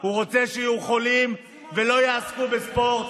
הוא רוצה שיהיו חולים ולא יעסקו בספורט.